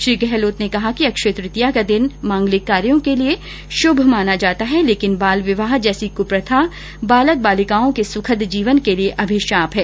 श्री गहलोत ने कहा कि अक्षय तृतीया का दिन मांगलिक कार्यो के लिए श्भ माना जाता है लेकिन बाल विवाह जैसी कुप्रथा बालक बालिकाओं के सुखद जीवन के लिए अभिशाप है